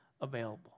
available